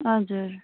हजुर